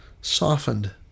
softened